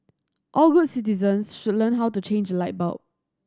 all good citizens should learn how to change a light bulb